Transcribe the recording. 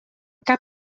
cap